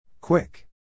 Quick